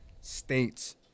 states